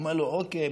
הוא אומר לו: אוקיי,